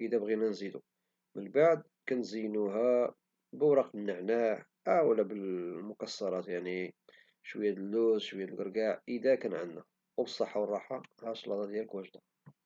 إذا بغينا نزيدوه، ومن بعد كنزينوها بوراق النعناع أو المكسرات - يعني شوية د اللوز أو الكركاع - إذا كان عندنا- وها شلاضة ديالك واجدة بالصحة الراحة.